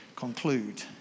Conclude